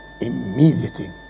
immediately